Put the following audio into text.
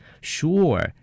Sure